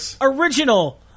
original